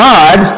God